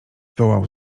wołał